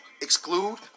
exclude